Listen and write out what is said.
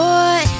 Boy